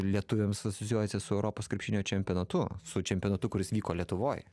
lietuviams asocijuojasi su europos krepšinio čempionatu su čempionatu kuris vyko lietuvoj